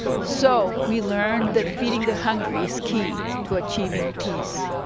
so, we learn that feeding the hungry is key to achieving peace.